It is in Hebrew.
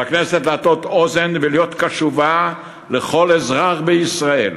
על הכנסת להטות אוזן ולהיות קשובה לכל אזרח בישראל,